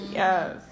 yes